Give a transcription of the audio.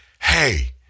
hey